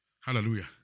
Hallelujah